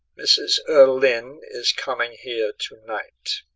mrs. erlynne is coming here to-night.